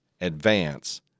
advance